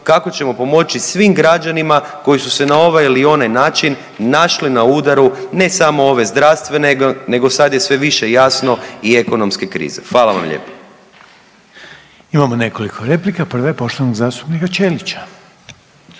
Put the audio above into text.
kako ćemo pomoći svim građanima koji su se na ovaj ili onaj način našli na udaru, ne samo ove zdravstvene, nego sad je sve više jasno i ekonomske krize. Hvala vam lijepo. **Reiner, Željko (HDZ)** Imamo nekoliko replika, prva je poštovanog zastupnika Ćelića.